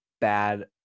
bad